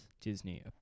Disney